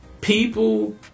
people